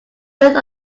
width